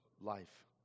life